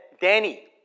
Danny